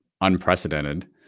unprecedented